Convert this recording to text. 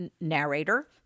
narrator